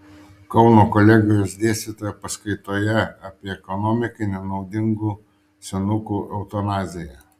kauno kolegijos dėstytoja paskaitoje apie ekonomikai nenaudingų senukų eutanaziją